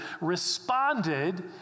responded